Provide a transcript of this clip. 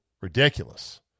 Ridiculous